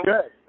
Good